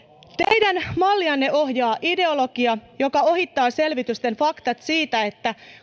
teidän mallianne ohjaa ideologia joka ohittaa selvitysten faktat siitä että